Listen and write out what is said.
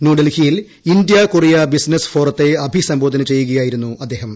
ന്യൂഡൽഹിയിൽ India Korea business ഫോറത്തെ അഭിസംബോധന ചെയ്യുകയായിരുന്നു അദ്ദേഹം